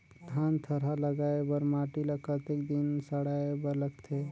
धान थरहा लगाय बर माटी ल कतेक दिन सड़ाय बर लगथे?